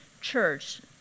church